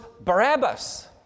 Barabbas